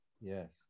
Yes